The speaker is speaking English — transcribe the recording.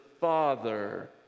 Father